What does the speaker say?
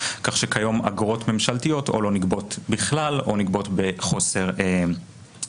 כך שכיום אגרות ממשלתיות או לא נגבות בכלל או נגבות בחוסר אחידות.